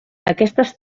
aquestes